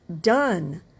done